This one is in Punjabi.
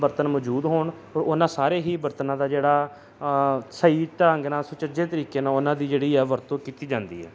ਬਰਤਨ ਮੌਜੂਦ ਹੋਣ ਔਰ ਉਹਨਾਂ ਸਾਰੇ ਹੀ ਬਰਤਨਾਂ ਦਾ ਜਿਹੜਾ ਸਹੀ ਢੰਗ ਨਾਲ ਸੁਚੱਜੇ ਤਰੀਕੇ ਨਾਲ ਉਹਨਾਂ ਦੀ ਜਿਹੜੀ ਆ ਵਰਤੋਂ ਕੀਤੀ ਜਾਂਦੀ ਹੈ